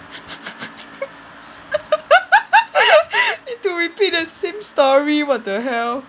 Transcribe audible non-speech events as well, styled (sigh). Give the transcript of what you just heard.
(laughs) need to repeat the same story what the hell